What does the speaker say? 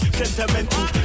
sentimental